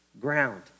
ground